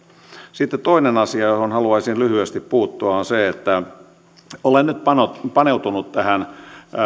sitten toinen asia johon haluaisin lyhyesti puuttua on se että olen nyt paneutunut tähän